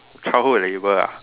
childhood labour ah